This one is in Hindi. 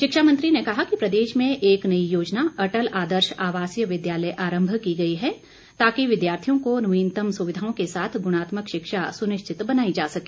शिक्षा मंत्री ने कहा कि प्रदेश में एक नई योजना अटल आदर्श आवासीय विद्यालय आरंभ की गई है ताकि विद्यार्थियों को नवीनतम सुविधाओं के साथ गुणात्मक शिक्षा सुनिश्चित बनाई जा सके